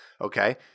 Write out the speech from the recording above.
okay